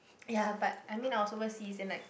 ya but I mean I was overseas and like